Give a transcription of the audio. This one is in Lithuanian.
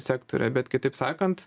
sektoriuje bet kitaip sakant